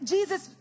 Jesus